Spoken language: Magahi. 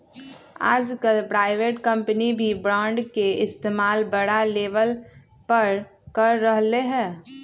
आजकल प्राइवेट कम्पनी भी बांड के इस्तेमाल बड़ा लेवल पर कर रहले है